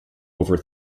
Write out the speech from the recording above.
over